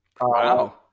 Wow